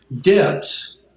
dips